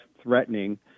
threatening